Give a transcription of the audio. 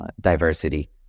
diversity